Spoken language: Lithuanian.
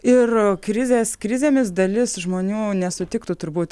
ir krizės krizėmis dalis žmonių nesutiktų turbūt